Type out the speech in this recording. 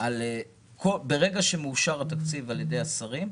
ברגע שמאושר התקציב על ידי השרים,